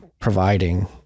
providing